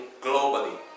globally